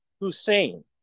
Hussein